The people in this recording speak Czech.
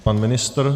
Pan ministr?